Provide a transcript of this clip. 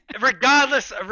Regardless